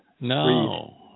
No